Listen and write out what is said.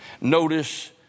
Notice